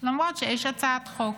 למרות שיש הצעת חוק.